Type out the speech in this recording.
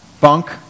Bunk